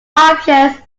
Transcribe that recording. options